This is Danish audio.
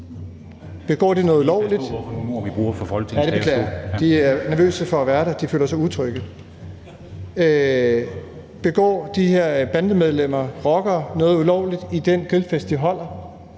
talerstol). Ja, det beklager jeg. De er nervøse for at være der, og de føler sig utrygge. Begår de her bandemedlemmer og rockere noget ulovligt ved at holde